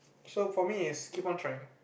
so for me is keep on trying